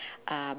um